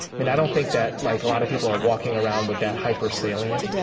mean, i don't think that like a lot of people are walking around with that hyper-salient,